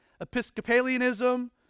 Episcopalianism